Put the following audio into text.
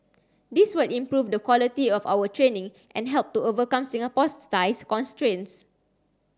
this will improve the quality of our training and help to overcome Singapore's size constraints